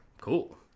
Cool